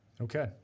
Okay